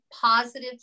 positive